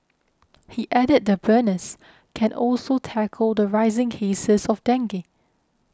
he added the burners can also tackle the rising cases of dengue